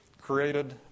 created